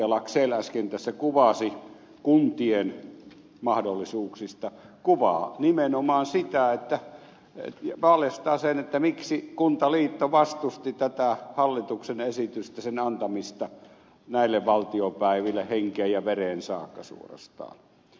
laxell äsken tässä kuvasi kuntien mahdollisuuksista kuvaa nimenomaan sitä ja paljastaa sen miksi kuntaliitto vastusti tätä hallituksen esitystä sen antamista näille valtiopäiville henkeen ja vereen saakka suorastaan